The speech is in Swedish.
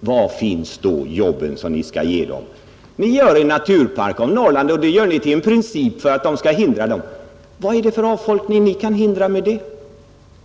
Var finns då de jobb ni skall ge människorna? Ni gör en naturpark av Norrland, och det gör ni till en princip. Vad är det för avfolkning ni kan hindra därmed?